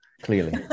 clearly